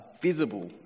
visible